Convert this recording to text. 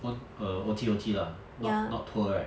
on err O_T O_T lah not not tour right